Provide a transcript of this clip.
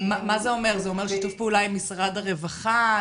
זה אומר שיתוף פעולה עם משרד הרווחה,